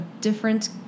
different